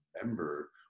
remember